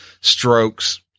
strokes